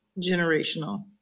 generational